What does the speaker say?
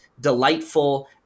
delightful